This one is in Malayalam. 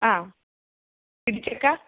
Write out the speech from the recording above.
ആ ഇടിച്ചക്ക